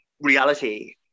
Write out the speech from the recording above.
reality